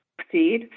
succeed